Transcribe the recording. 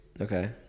Okay